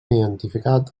identificat